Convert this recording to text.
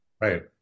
Right